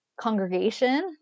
congregation